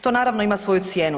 To naravno ima svoju cijenu.